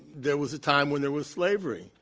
there was a time when there was slavery.